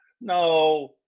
No